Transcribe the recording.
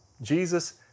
Jesus